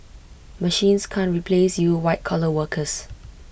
machines can't replace you white collar workers